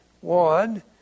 One